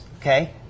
okay